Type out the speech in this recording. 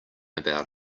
about